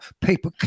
paper